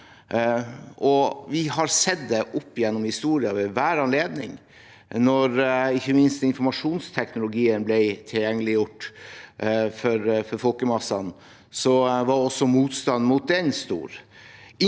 Vi har også sett det opp gjennom historien ved enhver anledning, ikke minst da informasjonsteknologien ble tilgjengeliggjort for folkemassene. Da var også motstanden stor.